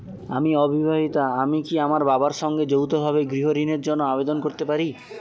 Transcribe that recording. আমি অবিবাহিতা আমি কি আমার বাবার সঙ্গে যৌথভাবে গৃহ ঋণের জন্য আবেদন করতে পারি?